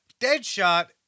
Deadshot